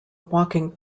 walking